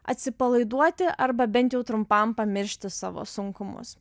atsipalaiduoti arba bent jau trumpam pamiršti savo sunkumus